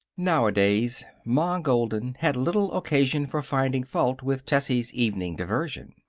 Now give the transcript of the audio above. nowadays ma golden had little occasion for finding fault with tessie's evening diversion.